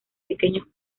pequeños